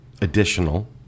additional